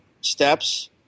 steps